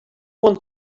want